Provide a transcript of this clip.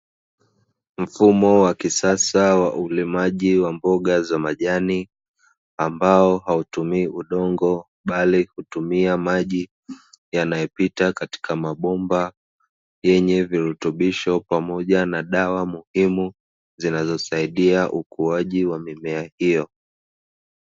Mfumo wa kisasa wa ulimaji wa mboga za majani ambao hautumii udongo bali hutumia maji yanayopita katika mabomba yenye virutubisho pamoja na dawa muhimu, zinazosaidia ukuaji wa mimea hiyo.